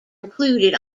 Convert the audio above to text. included